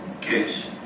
case